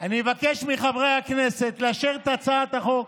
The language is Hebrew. אבקש מחברי הכנסת לאשר את הצעת החוק.